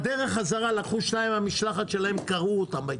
בדרך חזרה לקחו שניים מהמשלחת שלהם, קרעו אותם.